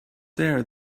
there